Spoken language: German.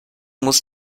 muss